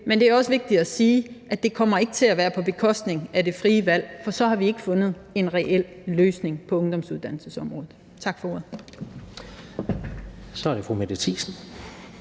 Men det er også vigtigt at sige, at det ikke kommer til at være på bekostning af det frie valg. For så har vi ikke fundet en reel løsning på ungdomsuddannelsesområdet. Tak for ordet. Kl. 15:01 Tredje